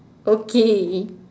okay